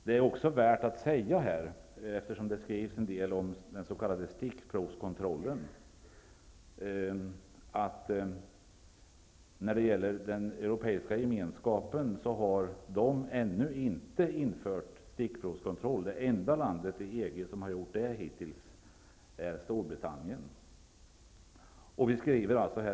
Det är också värt att här säga, eftersom det skrivs en del om den s.k. stickprovskontrollen, att när det gäller den europeiska gemenskapen har de ännu inte infört stickprovskontroll. Det enda landet i EG som har gjort det hittills är Storbritannien.